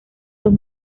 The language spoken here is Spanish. los